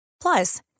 Plus